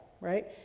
right